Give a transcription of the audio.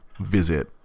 visit